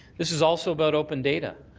this is also about open data.